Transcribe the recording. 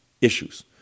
issues